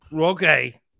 Okay